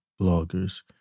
bloggers